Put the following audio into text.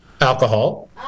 alcohol